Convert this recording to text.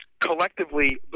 collectively